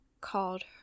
called